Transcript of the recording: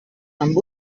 amb